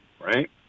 right